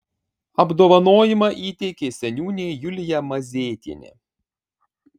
apdovanojimą įteikė seniūnė julija mazėtienė